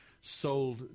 sold